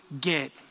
get